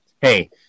hey